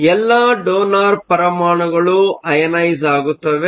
ಎಲ್ಲಾ ಡೋನರ್ ಪರಮಾಣುಗಳು ಅಯನೈಸ಼್ ಆಗುತ್ತವೆ